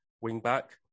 wing-back